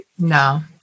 No